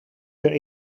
weer